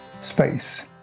space